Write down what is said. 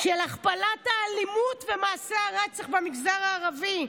של הכפלת האלימות ומעשי הרצח במגזר הערבי.